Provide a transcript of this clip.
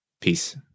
Peace